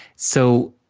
so,